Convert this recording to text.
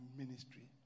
ministry